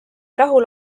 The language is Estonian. rahul